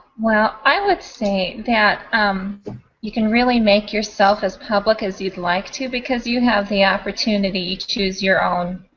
well, i would say that you can really make yourself as public as you'd like to because you have the opportunity to choose your own